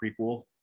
prequel